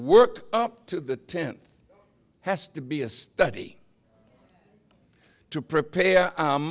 work up to the tenth has to be a study to prepare